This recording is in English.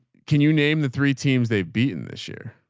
can you name the three teams they've beaten this year?